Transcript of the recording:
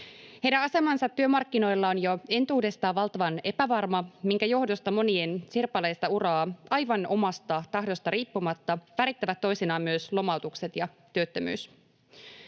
Heidän asemansa työmarkkinoilla on jo entuudestaan valtavan epävarma, minkä johdosta monien sirpaleista uraa aivan omasta tahdosta riippumatta värittävät toisinaan myös lomautukset ja työttömyys.